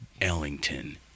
Ellington